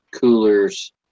coolers